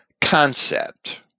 concept